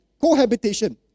cohabitation